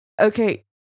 okay